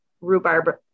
rhubarb